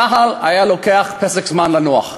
צה"ל היה לוקח פסק זמן לנוח,